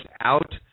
out